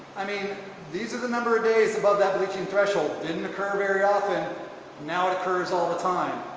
i mean these are the number of days above that bleaching threshold didn't occur very often now occurs all the time.